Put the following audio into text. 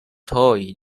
toy